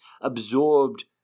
absorbed